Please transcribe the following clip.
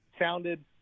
sounded